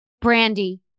Brandy